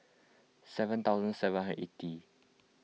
seven thousand seven hundred eighty